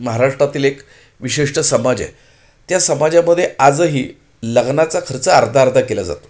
महाराष्ट्रातील एक विशिष्ट समाज आहे त्या समाजामध्ये आजही लग्नाचा खर्च अर्धा अर्धा केला जातो